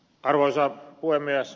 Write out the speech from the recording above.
arvoisa puhemies